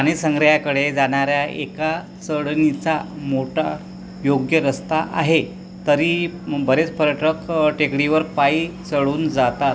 प्राणीसंग्रहालयाकडे जाणारा एक चढणीचा मोटायोग्य रस्ता आहे तरी बरेच पर्यटक टेकडीवर पायी चढून जातात